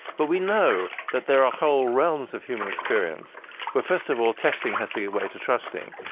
but we know that there are whole realms of human experience where, first of all, testing has to give way to trusting.